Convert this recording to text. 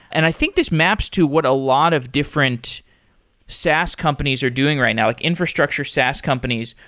and i think this maps to what a lot of different saas companies are doing right now, like infrastructure saas companies.